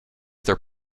their